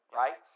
right